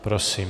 Prosím.